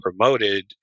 promoted